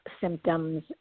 symptoms